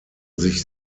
sich